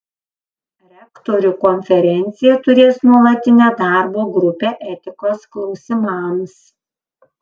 rektorių konferencija turės nuolatinę darbo grupę etikos klausimams